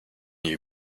you